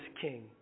king